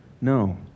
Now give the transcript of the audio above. No